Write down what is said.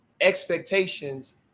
expectations